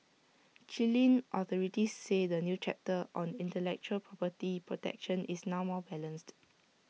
Chilean authorities say the new chapter on intellectual property protection is now more balanced